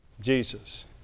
Jesus